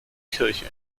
kirche